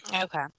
Okay